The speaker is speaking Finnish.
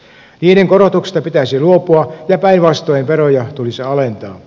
niiden korotuksesta pitäisi luopua ja päinvastoin veroja tulisi alentaa